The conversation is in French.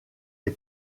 les